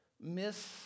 miss